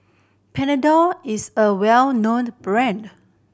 Panadol is a well known brand